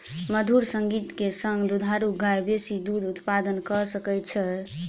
मधुर संगीत के संग दुधारू गाय बेसी दूध उत्पादन कअ सकै छै